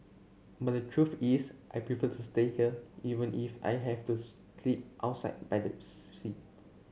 but the truth is I prefer to stay here even if I have to sleep outside by the